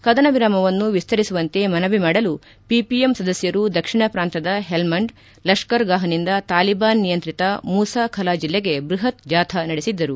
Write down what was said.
ಕದನ ವಿರಾಮವನ್ನು ವಿಸ್ತರಿಸುವಂತೆ ಮನವಿ ಮಾಡಲು ಪಿಪಿಎಂ ಸದಸ್ಟರು ದಕ್ಷಿಣ ಪ್ರಾಂತದ ಹೆಲ್ಲಂಡ್ ಲಷ್ತರ್ ಗಾಹ್ನಿಂದ ತಾಲಿಬಾನ್ ನಿಯಂತ್ರಿತ ಮೂಸಾ ಖಲಾ ಜಿಲ್ಲೆಗೆ ಬ್ಬಹತ್ ಜಾಥಾ ನಡೆಸಿದ್ದರು